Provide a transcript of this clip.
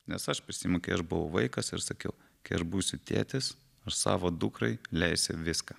nes aš prisimenu kai aš buvau vaikas ir sakiau kai aš būsiu tėtis ir savo dukrai leisiu viską